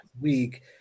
week